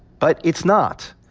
but it's not.